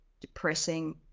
depressing